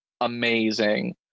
amazing